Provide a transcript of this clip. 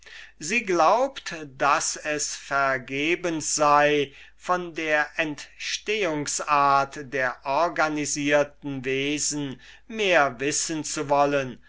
sie glaubt daß es vergebens sei von der entstehungsart der organisierten wesen mehr wissen zu wollen